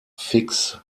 fix